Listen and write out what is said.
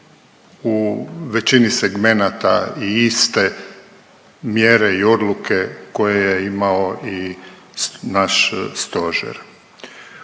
u većini segmenata i iste mjere i odluke koje je imao i naš stožer.